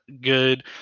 good